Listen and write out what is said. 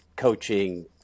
Coaching